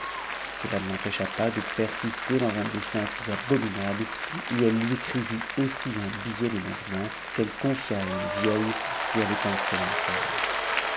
cela ne l'empêcha tms de persister dans un dessein si abominable et elle lui écrivit aussi nu billet le lendemain qu'elle confia à une vieille qui avait entrée dans p palais